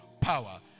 power